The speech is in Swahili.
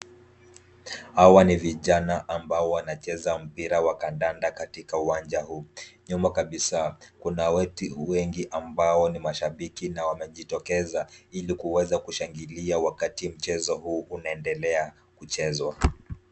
Hawa ni vijana ambao wanacheza mpira wa kandanda katika uwanja huu, nyuma kabisa kuna watu wengi ambao ni mashabiki na wamejitokeza ili kuweza kushangilia wakati mchezo huu unaendelea kuchezwa.